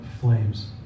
flames